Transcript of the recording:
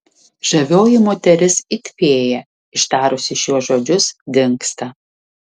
žavioji moteris it fėja ištarusi šiuos žodžius dingsta